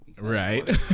right